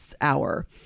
Hour